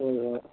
ꯍꯣꯏ ꯍꯣꯏ